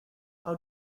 how